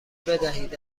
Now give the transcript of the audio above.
بدهید